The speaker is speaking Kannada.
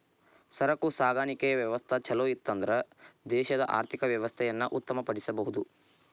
ಸರಕು ಸಾಗಾಣಿಕೆಯ ವ್ಯವಸ್ಥಾ ಛಲೋಇತ್ತನ್ದ್ರ ದೇಶದ ಆರ್ಥಿಕ ವ್ಯವಸ್ಥೆಯನ್ನ ಉತ್ತಮ ಪಡಿಸಬಹುದು